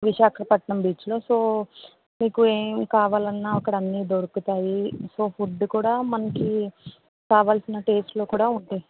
విశాఖపట్నం బీచ్లో సో మీకు ఏమి కావాలన్న అక్కడ అన్నీ దొరుకుతాయి సో ఫుడ్ కూడా మనకి కావలిసిన టేస్ట్లో కూడా ఉంటుంది